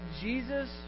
Jesus